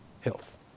health